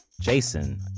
jason